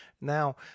Now